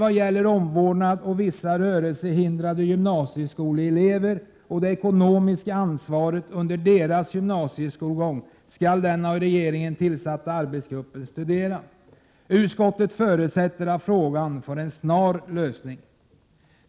Frågan om omvårdnad av vissa rörelsehindrade gymnasieskoleelever och det ekonomiska ansvaret under deras gymnasieskolgång skall studeras av en arbetsgrupp tillsatt av regeringen. Utskottet förutsätter att frågan får en snar lösning.